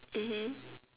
mmhmm